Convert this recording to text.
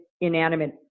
inanimate